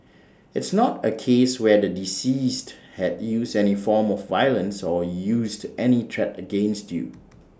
it's not A case where the deceased had used any form of violence or used any track against you